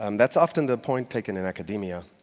um that's often the point taken in academia.